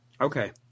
Okay